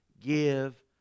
give